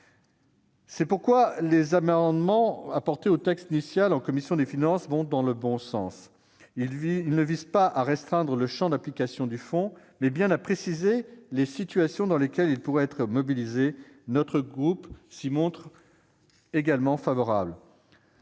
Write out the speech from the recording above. C'est pourquoi les amendements qui ont été adoptés sur le texte initial par la commission des finances vont dans le bon sens. Ils visaient non pas à restreindre le champ d'application du fonds, mais bien à préciser les situations dans lesquelles celui-ci pourrait être mobilisé. Mon groupe s'y montre également favorable.